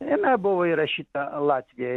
jame buvo įrašyta latvija